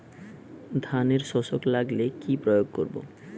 ধানের শোষক লাগলে কি প্রয়োগ করব?